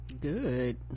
good